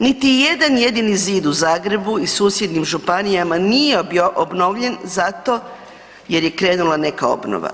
Niti jedan jedini zid u Zagrebu i susjednim županijama nije obnovljen zato jer je krenula neka obnova.